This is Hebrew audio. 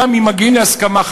גם אם מגיעים להסכמה,